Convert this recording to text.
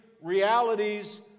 realities